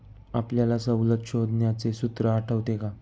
आपल्याला सवलत शोधण्याचे सूत्र आठवते का?